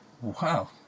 Wow